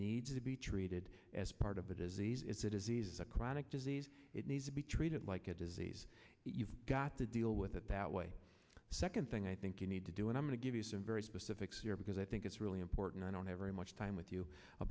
needs to be treated as part of a disease it's a disease a chronic disease it needs to be treated like a disease you've got to deal with it that way second thing i think you need to do and i'm going to give you some very specific here because i think it's really important i don't have very much time with you